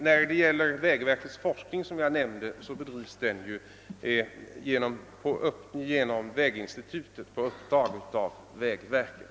När det gäller vägverkets forskning vill jag bara påpeka att den bedrivs genom väginstitutet på uppdrag av vägverket.